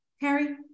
Harry